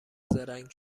زرنگ